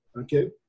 Okay